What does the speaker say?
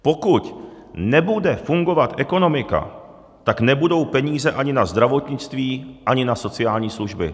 Pokud nebude fungovat ekonomika, tak nebudou peníze ani na zdravotnictví, ani na sociální služby.